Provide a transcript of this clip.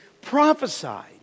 prophesied